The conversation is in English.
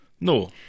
No